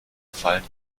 fallen